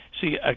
See